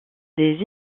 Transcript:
des